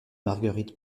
marguerite